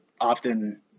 often